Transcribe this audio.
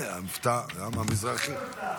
מבטא, למה, מזרחי,